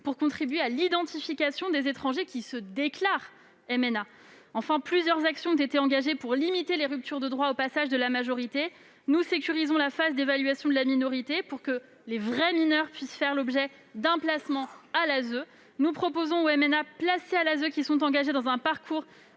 pour contribuer à l'identification des étrangers qui se déclarent MNA. Enfin, plusieurs actions ont été engagées pour limiter les ruptures de droits au passage de la majorité. Nous sécurisons donc la phase d'évaluation de la minorité pour que les vrais mineurs puissent faire l'objet d'un placement à l'ASE et nous proposons à ceux d'entre eux qui, placés à l'ASE, sont engagés dans un parcours